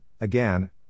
again